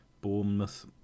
Bournemouth